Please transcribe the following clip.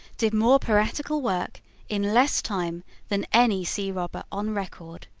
did more piratical work in less time than any sea-robber on record.